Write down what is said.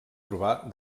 trobar